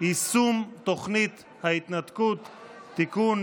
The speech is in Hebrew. יישום תוכנית ההתנתקות (תיקון,